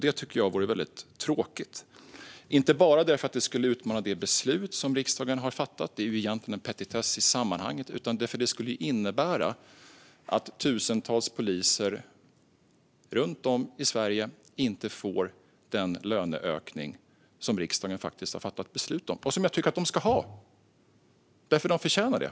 Det tycker jag vore väldigt tråkigt, inte bara därför att det skulle utmana det beslut som riksdagen har fattat - det är egentligen en petitess i sammanhanget - utan därför att det skulle innebära att tusentals poliser runt om i Sverige inte får den löneökning som riksdagen har fattat beslut om och som jag tycker att de ska ha. De förtjänar det.